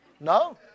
No